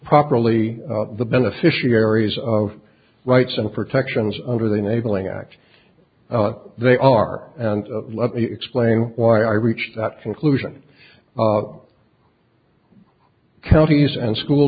properly the beneficiaries of rights and protections under the enabling act they are and let me explain why i reached that conclusion counties and school